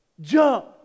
Jump